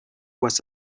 was